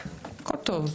הכל טוב.